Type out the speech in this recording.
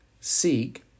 seek